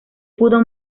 pudo